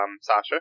Sasha